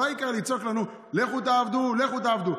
העיקר לצעוק לנו: לכו תעבוד, לכו תעבדו.